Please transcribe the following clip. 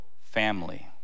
family